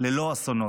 ללא אסונות.